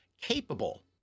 capable